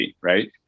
right